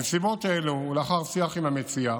בנסיבות אלה ולאחר שיח עם המציעה,